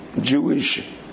Jewish